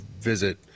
visit